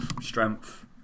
strength